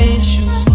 issues